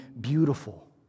beautiful